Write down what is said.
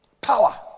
power